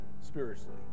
spiritually